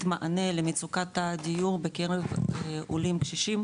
מענה למצוקת הדיור בקרב עולים קשישים,